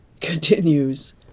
continues